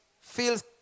feels